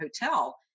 hotel